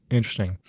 Interesting